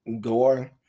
gore